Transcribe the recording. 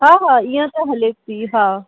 हा हा इअ त हले थी हा